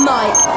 Mike